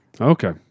Okay